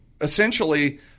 essentially